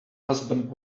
husband